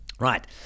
Right